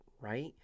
right